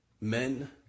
Men